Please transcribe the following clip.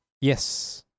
Yes